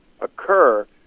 occur